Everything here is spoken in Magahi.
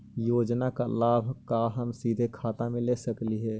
योजना का लाभ का हम सीधे खाता में ले सकली ही?